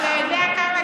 דאגתם לפריפריה?